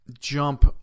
Jump